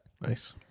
Nice